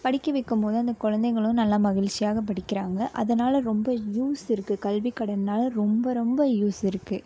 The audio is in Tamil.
படிக்க வைக்கபோது அந்த குழந்தைங்களும் நல்லா மகிழ்ச்சியாக படிக்கிறாங்க அதனால் ரொம்ப யூஸ் இருக்குது கல்விக்கடன்னால் ரொம்ப ரொம்ப யூஸ் இருக்குது